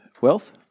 wealth